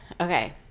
Okay